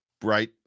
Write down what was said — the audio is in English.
bright